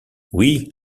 oui